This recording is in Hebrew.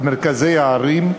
את מרכזי הערים,